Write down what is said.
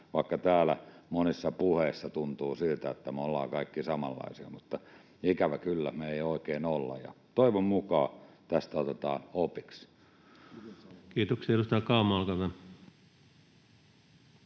Vaikka täällä monissa puheissa tuntuu siltä, että me ollaan kaikki samanlaisia, niin ikävä kyllä me ei oikein olla. Toivon mukaan tästä otetaan opiksi. [Speech 105] Speaker: